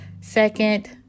second